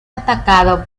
atacado